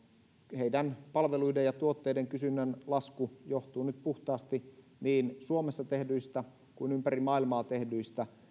heidän palveluidensa ja tuotteidensa kysynnän lasku johtuu nyt puhtaasti niin suomessa kuin ympäri maailmaa tehdyistä